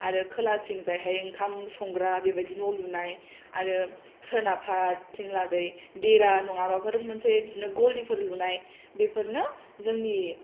आरो खोलाथिंजायहाय ओंखाम संग्रा बिदि न' लुनाय आरो सोनाबहाथिं लागै देरा नङाबाबो माबा मोनसे गलिफोर लुनाय बेफोरनो जोंनि